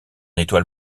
étoile